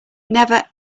never